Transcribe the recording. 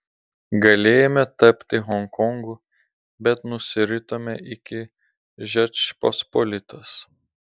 galėjome tapti honkongu bet nusiritome iki žečpospolitos